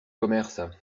commerce